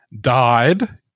died